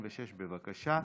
96, בבקשה.